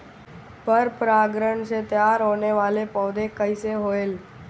पर परागण से तेयार होने वले पौधे कइसे होएल?